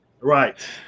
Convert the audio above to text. Right